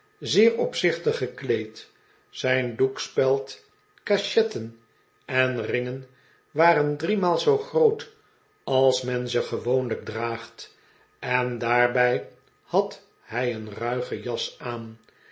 zeer opzichtig gekleed zijn doekspeld cachetten en ringen waren driemaal zoo groot als men ze gewoonlijk draagt en daarbij had hij een ruige jas aan